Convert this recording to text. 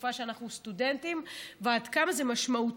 בתקופה שאנחנו סטודנטים ועד כמה זה משמעותי,